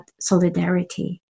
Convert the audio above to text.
solidarity